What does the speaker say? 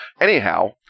Anyhow